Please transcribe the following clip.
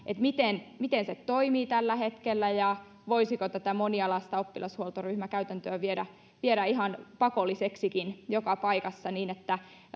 miten miten se toimii tällä hetkellä ja voisiko tätä monialaista oppilashuoltoryhmäkäytäntöä viedä viedä ihan pakolliseksikin joka paikassa niin että